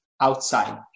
outside